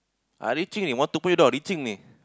ah reaching already want to pay or not reaching already